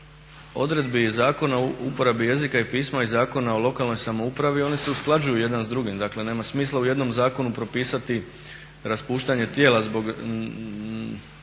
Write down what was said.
odredbi Zakona o uporabi jezika i pisma i zakona o lokalnoj samoupravi oni se usklađuju jedan s drugim. Dakle nema smisla u jednom zakonu propisati raspuštane tijela zbog